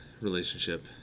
relationship